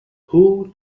who